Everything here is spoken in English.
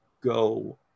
go